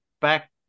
back